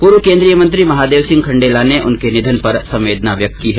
पूर्व केन्द्रीय मंत्री महादेव सिंह खण्डेला ने उनके निधन पर संवेदना व्यक्त की है